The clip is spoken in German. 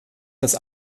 das